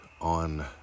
on